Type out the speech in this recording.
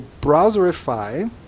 browserify